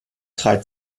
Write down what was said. drei